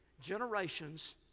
generations